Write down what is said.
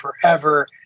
forever